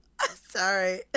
Sorry